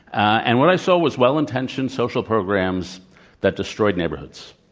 and what i saw was well-intentioned social programs that destroyed neighborhoods.